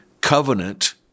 covenant